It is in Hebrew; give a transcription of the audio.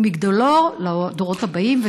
הוא מגדלור לדורות הבאים.